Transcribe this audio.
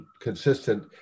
consistent